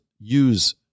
use